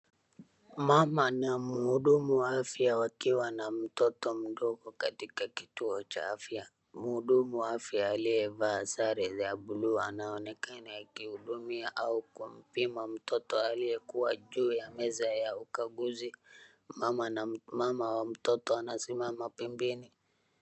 Mama na mhudumu wa afya wakiwa na mtoto mdogo katika kituo cha afya. Mhudumu wa afya aliyevaa sare ya blue anaonekana akihudumia au kumpima mtoto aliyekuwa juu ya meza ya ukaguzi. Mama wa mtoto anasimama pembeni.